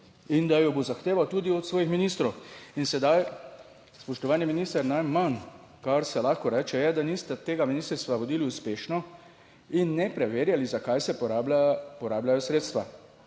in da jo bo zahteval tudi od svojih ministrov. In sedaj, spoštovani minister, najmanj kar se lahko reče je, da niste tega ministrstva vodili uspešno in ne preverjali zakaj se porablja, porabljajo sredstva.